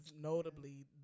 notably